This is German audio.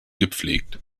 gepflegt